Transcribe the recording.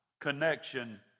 connection